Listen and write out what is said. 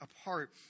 apart